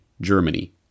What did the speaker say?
Germany